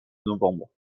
novembre